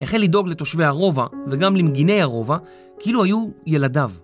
החל לדאוג לתושבי הרובה וגם למגיני הרובה כאילו היו ילדיו.